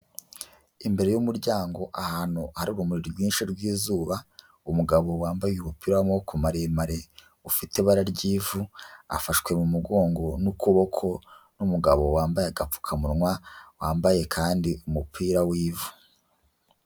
Imbere y'umuryango ahantu hari urumuri rwinshi rw'izuba, umugabo wambaye umupira w'amaboko maremare ufite ibara ry'ivu afashwe mu mugongo n'ukuboko n'umugabo wambaye agapfukamunwa wambaye kandi umupira w'ivu.